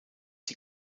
die